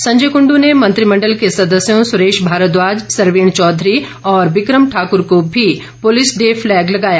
संजय कुंडू ने मंत्रिमंडल के सदस्यों सुरेश भारद्वाज सरवीण चौधरी और बिक्रम ठाकुर को भी पुलिस डे फ्लैग लगाया